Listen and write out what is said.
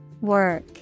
Work